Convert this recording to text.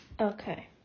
Okay